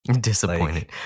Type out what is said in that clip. Disappointed